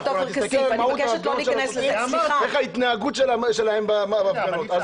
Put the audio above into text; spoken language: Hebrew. תסתכל על ההתנהגות שלהם בהפגנות.